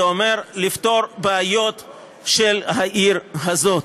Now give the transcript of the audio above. זה אומר לפתור בעיות של העיר הזאת,